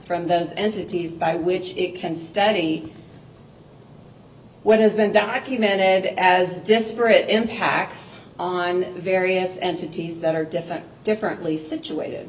from those entities by which it can study what has been documented as disparate impacts on various entities that are different differently situated